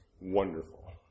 Wonderful